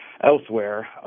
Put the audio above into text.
elsewhere